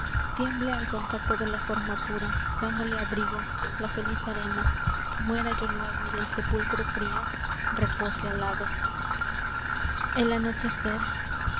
tiemble al contacto de la forma pura dándole abrigo la feliz arena muera yo luégo y del sepulcro frio repose al lado el anochecer